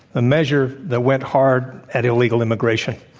a measure that went hard at illegal immigration,